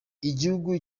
igihugu